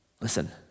listen